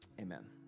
Amen